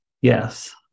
Yes